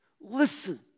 Listen